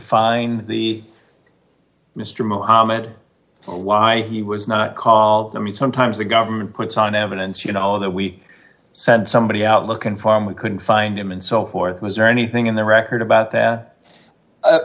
find the mr muhammad or why he was not call'd me sometimes the government puts on evidence you know that we send somebody out looking farm we couldn't find him and so forth was there anything in the record about that